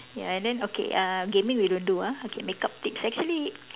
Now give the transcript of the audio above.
ya and then okay ah gaming we don't do ah okay makeup tips actually